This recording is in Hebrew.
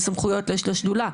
איזה סמכויות יש לשדולה.